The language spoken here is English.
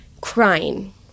crying